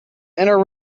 inner